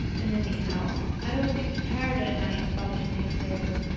and anyhow i'd always be too tired at night to bother saying prayers.